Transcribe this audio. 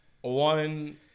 one